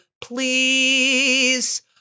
Please